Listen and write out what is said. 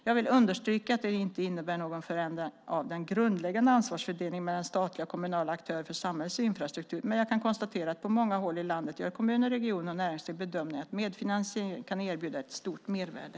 Jag vill understryka att detta inte innebär någon förändring av den grundläggande ansvarsfördelningen mellan statliga och kommunala aktörer för samhällets infrastruktur, men jag kan konstatera att på många håll i landet gör kommuner, regioner och näringsliv bedömningen att medfinansiering kan erbjuda ett stort mervärde.